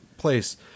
Place